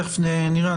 תיכף נראה,